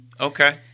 Okay